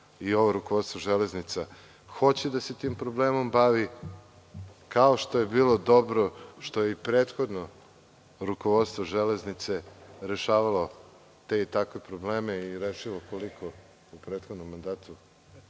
i ovo rukovodstvo „Železnica“ hoće da se tim problemom bavi, kao što je bilo dobro što je i prethodno rukovodstvo „Železnice“ rešavalo te i takve probleme i rešilo koliko u prethodnom mandatu